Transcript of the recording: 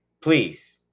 please